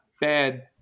bad